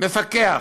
מפקח,